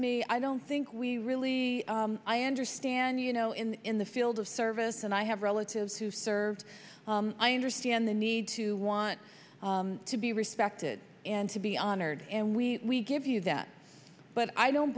me i don't think we really i understand you know in in the field of service and i have relatives who serve i understand the need to want to be respected and to be honored and we give you that but i don't